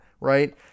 right